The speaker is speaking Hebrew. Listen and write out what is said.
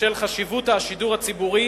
בשל חשיבות השידור הציבורי